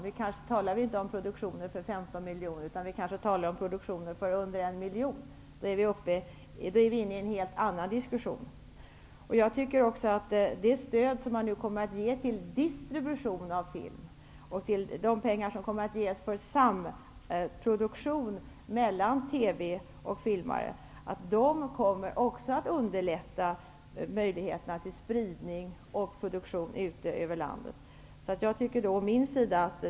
Vi kanske inte talar om produktioner för 15 miljoner, utan om produktioner för under 1 miljon. Då är vi inne i en helt annan diskussion. Det stöd man nu kommer att ge till distribution av film och samproduktion mellan TV och filmare kommer också att underlätta spridning och produktion ute i landet.